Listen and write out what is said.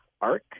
arc